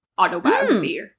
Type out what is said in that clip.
autobiography